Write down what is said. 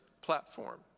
platform